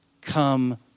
Come